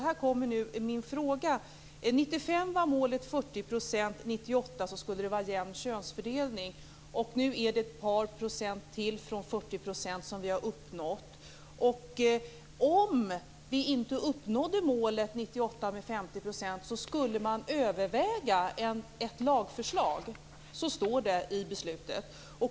Här kommer nu min fråga. 1995 var målet 40 %. 1998 skulle det vara jämn könsfördelning. Nu har vi uppnått ett par procent mer än 40 %. Om vi inte hade uppnått 50-procentsmålet 1998 skulle man överväga ett lagförslag. Så står det i beslutet.